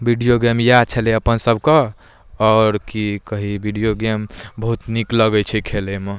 video game इएह छलै अपनसभके आओर कि कही वीडिओ गेम बहुत नीक लगै छै खेलैमे मे